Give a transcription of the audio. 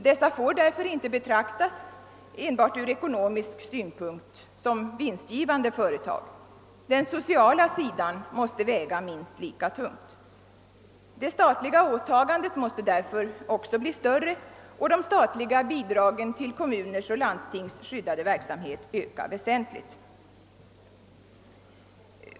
Dessa får därför inte endast betraktas ur ekonomisk synpunkt, som vinstgivande företag. Den sociala sidan måste väga minst lika tungt. Det statliga åtagandet måste därför också bli större, och de statliga bidragen till kommuners och landstings skyddade verksamhet måste öka väsentligt.